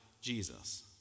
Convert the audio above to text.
Jesus